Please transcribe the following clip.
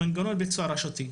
מנגנון ביצוע רשותי.